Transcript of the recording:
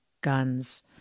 guns